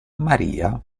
maria